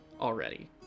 already